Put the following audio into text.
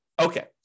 Okay